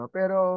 pero